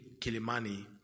Kilimani